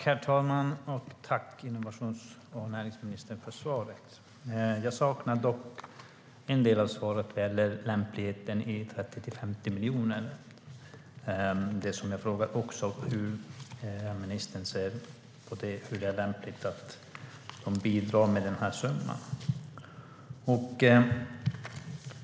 Herr talman! Jag tackar närings och innovationsministern för svaret. Jag saknar dock en del av svaret, nämligen när det gäller lämpligheten i de 30-50 miljonerna. Jag frågade hur ministern ser på det och om det är lämpligt att man bidrar med den summan.